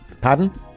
Pardon